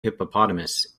hippopotamus